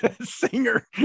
singer